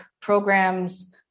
programs